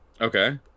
Okay